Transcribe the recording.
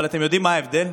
אבל אתם יודעים מה ההבדל?